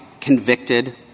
convicted